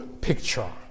picture